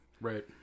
Right